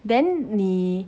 then 你